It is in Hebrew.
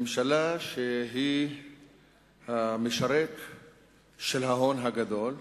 ממשלה שהיא המשרת של ההון הגדול,